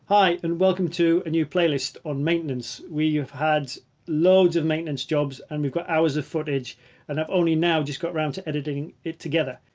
hi and welcome to a new playlist on maintenance. we have had loads of maintenance jobs and we've got hours of footage and i've only now just got around to editing it together.